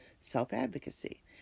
self-advocacy